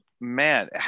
man